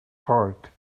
heart